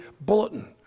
bulletin